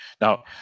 Now